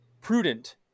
prudent